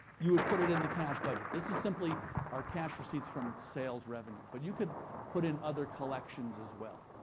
you would put it in the cash budget. this is simply our cash receipts from sales revenue, but you could put in other collections as well.